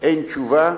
אין תשובה,